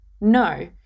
No